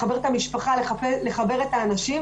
לחבר את המשפחה ולחבר את האנשים.